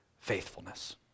faithfulness